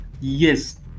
Yes